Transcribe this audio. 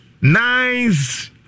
nice